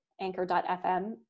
anchor.fm